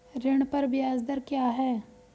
ऋण पर ब्याज दर क्या है?